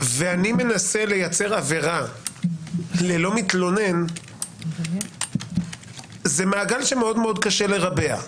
ואני מנסה לייצר עבירה ללא מתלונן זה מעגל שקשה מאוד לרבע.